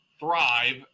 thrive